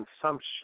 consumption